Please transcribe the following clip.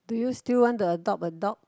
do you still want to adopt a dog